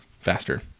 faster